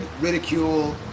ridicule